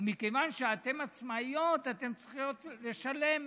ומכיוון שאתן עצמאיות, אתן צריכות לשלם מע"מ.